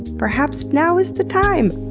perhaps now is the time.